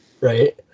Right